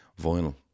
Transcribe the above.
vinyl